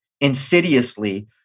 insidiously